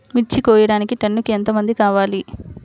మిర్చి కోయడానికి టన్నుకి ఎంత మంది కావాలి?